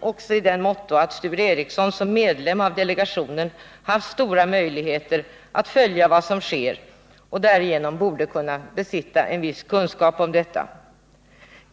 också med hänsyn till att Sture Ericson som medlem av delegationen haft stora möjligheter att följa vad som sker och därför borde besitta en viss kunskap om det.